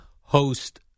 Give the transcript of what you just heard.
host